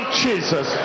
jesus